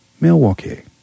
Milwaukee